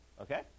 Okay